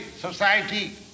society